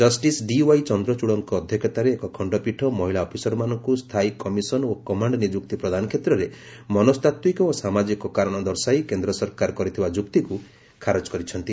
justice D Y ଚନ୍ଦ୍ରଚୂଡ଼ଙ୍କ ଅଧ୍ୟକ୍ଷତାରେ ଏକ ଖଣ୍ଡପୀଠ ମହିଳା ଅଫିସରମାନଙ୍କୁ ସ୍ଥାୟୀ କମିଶନ ଓ କମାଣ୍ଡ ନିଯୁକ୍ତି ପ୍ରଦାନ କ୍ଷେତ୍ରରେ ମନସ୍ତାତ୍ତ୍ୱିକ ଓ ସାମାଜିକ କାରଣ ଦର୍ଶାଇ କେନ୍ଦ୍ର ସରକାର କରିଥିବା ଯୁକ୍ତିକୁ ଖାରଜ କରିଛନ୍ତି